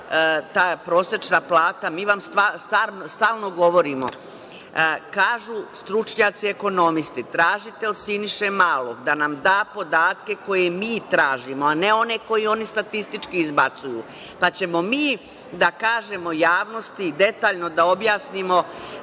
ta prosečna plata. Mi vam stalno govorimo, kažu stručnjaci ekonomisti, tražite od Siniše Malog da nam da podatke koje mi tražimo, a ne one koji oni statistički izbacuju, pa ćemo mi da kažemo javnosti i detaljno da objasnimo